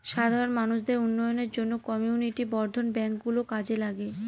সাধারণ মানুষদের উন্নয়নের জন্য কমিউনিটি বর্ধন ব্যাঙ্ক গুলো কাজে লাগে